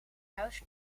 huis